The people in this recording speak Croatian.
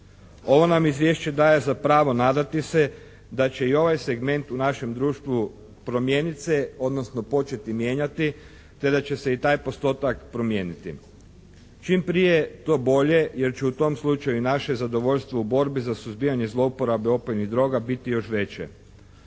Ovo nam izvješće daje za pravo nadati se da će i ovaj segment u našem društvu promijeniti se, odnosno početi mijenjati te da će se i taj postotak promijeniti. Čim prije to bolje, jer će u tom slučaju i naše zadovoljstvo u borbi za suzbijanje zlouporabe opojnih droga biti još veće.